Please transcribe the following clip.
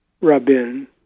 Rabin